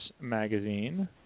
Magazine